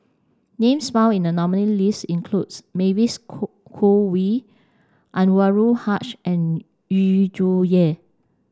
names found in the nominees' list includes Mavis Khoo Wei Anwarul Haque and Yu Zhuye